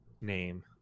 name